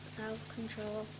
self-control